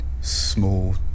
small